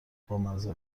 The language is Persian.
بامزه